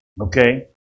Okay